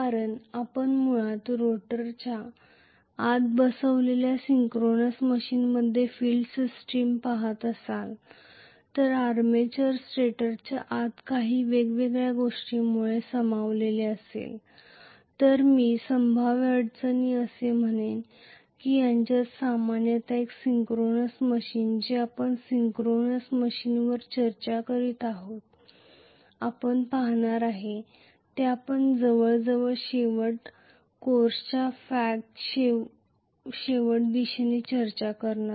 कारण आपण मुळात रोटरच्या आत बसवलेल्या सिंक्रोनस मशीनमध्ये फील्ड सिस्टम पाहत असाल तर आर्मेचर स्टेटरच्या आत काही वेगवेगळ्या गोष्टींमुळे सामावलेला असेल तर मी संभाव्य अडचणी म्हणेन की त्यांच्यात सामान्यतः एक सिंक्रोनस मशीन जे आपण सिंक्रोनस मशीनवर चर्चा करीत असताना आपण पाहणार आहोत जे आपण जवळजवळ शेवटी कोर्सच्या फॅग शेवट दिशेने चर्चा करणार आहोत